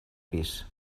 pis